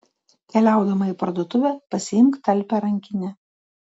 keliaudama į parduotuvę pasiimk talpią rankinę